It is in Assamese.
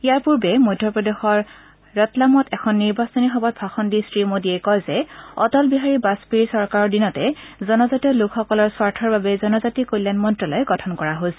ইয়াৰ পূৰ্বে মধ্যপ্ৰদেশৰ ৰটলামত এখন নিৰ্বাচনী সভাত ভাষণ দি শ্ৰীমোডীয়ে কয় যে অটল বিহাৰী বাজপেয়ীৰ চৰকাৰৰ দিনতে জনজাতি লোকসকলৰ স্বাৰ্থৰ বাবে জনজাতি কল্যাণ মন্ত্যালয় গঠন কৰা হৈছিল